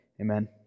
Amen